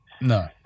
No